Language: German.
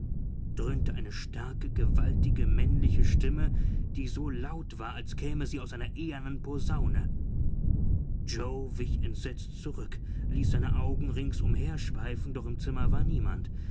dröhnte eine starke gewaltige männliche stimme die so laut war als käme sie aus einer ehernen posaune yoe wich entsetzt zurück ließ seine augen ringsumher schweifen doch im zimmer war niemand